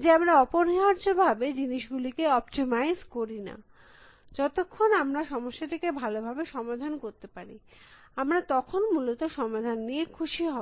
যে আমরা অপরিহার্য ভাবে জিনিস গুলিকে অপ্টিমাইজ করি না যতখন আমরা সমস্যাটিকে ভালো ভাবে সমাধান করতে পারি আমরা তখন মূলত সমাধান নিয়ে খুশি হব